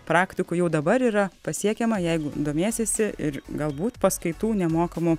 praktikų jau dabar yra pasiekiama jeigu domiesiesi ir galbūt paskaitų nemokamų